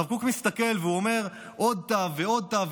הרב קוק מסתכל ואומר: עוד תו ועוד תו,